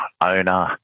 owner